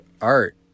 art